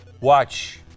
watch